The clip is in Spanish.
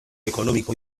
económico